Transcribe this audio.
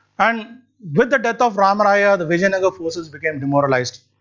and with the death of rama raya, the vijayanagara forces became demoralised.